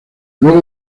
luego